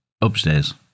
upstairs